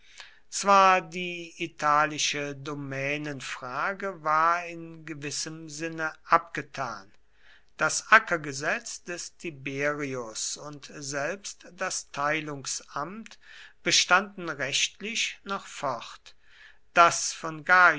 zwar die italische domänenfrage war in gewissem sinne abgetan das ackergesetz des tiberius und selbst das teilungsamt bestanden rechtlich noch fort das von